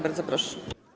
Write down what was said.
Bardzo proszę.